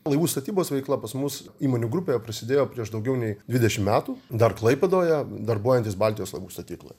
laivų statybos veikla pas mus įmonių grupėje prasidėjo prieš daugiau nei dvidešim metų dar klaipėdoje darbuojantis baltijos laivų statykloj